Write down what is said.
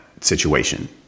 situation